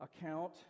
account